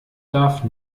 darf